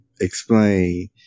explain